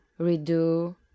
redo